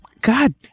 God